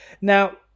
Now